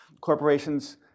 corporations